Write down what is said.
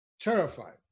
terrified